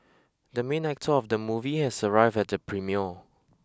the main actor of the movie has arrived at the premiere